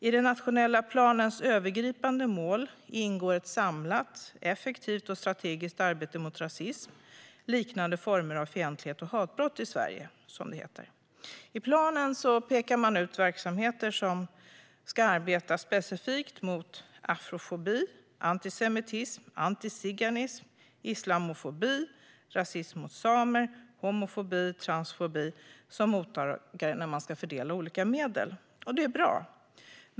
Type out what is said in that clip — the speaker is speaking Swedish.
I den nationella planens övergripande mål ingår ett samlat, effektivt och strategiskt arbete mot rasism, liknande former av fientlighet och hatbrott i Sverige, som det heter. I planen pekar man ut verksamheter som ska arbeta specifikt mot afrofobi, antisemitism, antiziganism, islamofobi, rasism mot samer, homofobi och transfobi som mottagare av medel som ska fördelas. Det är bra.